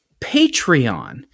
Patreon